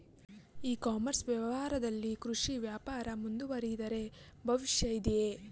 E commerce ವ್ಯವಹಾರಗಳಲ್ಲಿ ಕೃಷಿ ವ್ಯಾಪಾರ ಮುಂದುವರಿದರೆ ಭವಿಷ್ಯವಿದೆಯೇ?